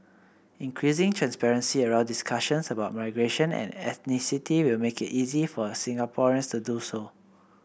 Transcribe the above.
increasing transparency around discussions about migration and ethnicity will make it easier for Singaporeans to do so